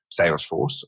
Salesforce